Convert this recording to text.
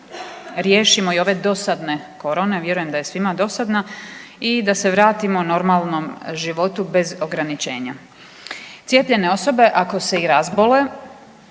se riješimo i ove dosadne korone, vjerujem da je svima dosadna i da se vratimo normalnom životu bez ograničenja. Cijepljene osobe ako se i razbole